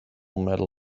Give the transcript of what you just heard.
medal